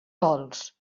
vols